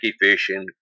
fishing